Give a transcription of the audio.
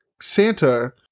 Santa